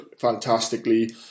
fantastically